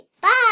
Bye